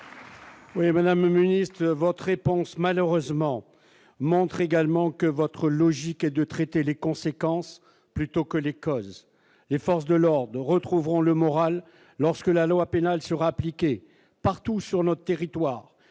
Oui, madame ministre votre réponse malheureusement montre également que votre logique et de traiter les conséquences plutôt que l'école, les forces de l'Ordre de retrouveront le moral lorsque la loi pénale sera appliquée partout sur notre territoire,